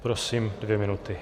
Prosím, dvě minuty.